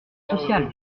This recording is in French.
sociale